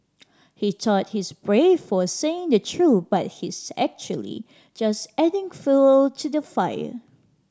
he thought he's brave for saying the truth but he's actually just adding fuel to the fire